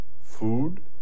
food